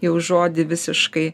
jau žodį visiškai